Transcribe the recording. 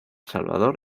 salvador